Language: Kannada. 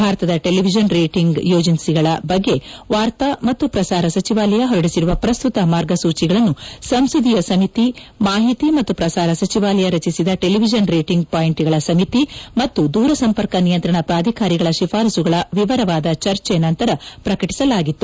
ಭಾರತದ ಟೆಲಿವಿಷನ್ ರೇಟಿಂಗ್ ಏಜಿನ್ಸಿಗಳ ಬಗ್ಗೆ ವಾರ್ತಾ ಮತ್ತು ಪ್ರಸಾರ ಸಚಿವಾಲಯ ಹೊರಡಿಸಿರುವ ಪ್ರಸ್ತುತ ಮಾರ್ಗಸೂಚಿಗಳನ್ನು ಸಂಸದೀಯ ಸಮಿತಿ ಮಾಹಿತಿ ಮತ್ತು ಪ್ರಸಾರ ಸಚಿವಾಲಯ ರಚಿಸಿದ ಟೆಲಿವಿಷನ್ ರೇಟಿಂಗ್ ಪಾಯಿಂಟ್ಗಳ ಸಮಿತಿ ಟಿಆರ್ಪಿ ಮತ್ತು ದೂರಸಂಪರ್ಕ ನಿಯಂತ್ರಣ ಪ್ರಾಧಿಕಾರದ ಶಿಫಾರಸುಗಳ ವಿವರವಾದ ಚರ್ಚೆ ನಂತರ ಪ್ರಕಟಿಸಲಾಗಿತ್ತು